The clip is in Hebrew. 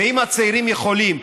ואם הצעירים יכולים,